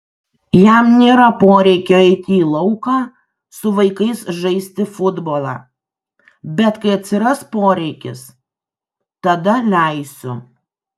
jam nėra poreikio eiti į lauką su vaikais žaisti futbolą bet kai atsiras poreikis tada leisiu